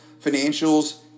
financials